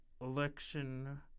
election